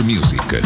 Music